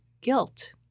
guilt